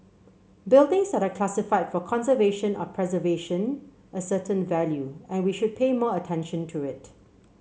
buildings that are classified for conservation or preservation a certain value and we should pay more attention to it